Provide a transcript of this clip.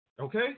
Okay